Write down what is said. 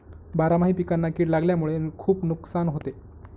बारामाही पिकांना कीड लागल्यामुळे खुप नुकसान होते